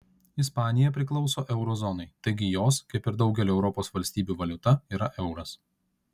ispanija priklauso euro zonai taigi jos kaip ir daugelio europos valstybių valiuta yra euras